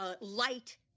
light